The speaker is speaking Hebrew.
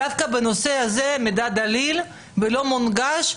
אבל דווקא בנושא הזה המידע הוא דליל והוא לא מונגש.